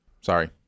Sorry